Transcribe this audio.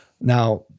Now